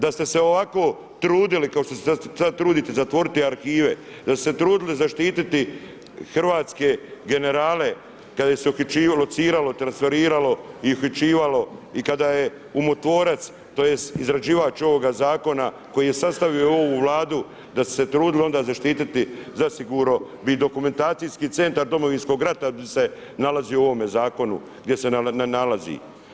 Da ste se ovako trudili kao što se sada trudite zatvoriti arhive, da ste se trudili zaštiti hrvatske generale kada ih se uhićivalo, lociralo, transferiralo i uhićivalo i kada je umotvorac, tj. izrađivač ovoga zakona koji je sastavio ovu Vladu da su se trudili onda zaštiti zasigurno bi Dokumentacijski centar Domovinskog rata bi se nalazio u ovom zakonu gdje se ne nalazi.